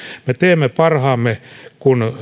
me teemme parhaamme kun